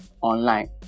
online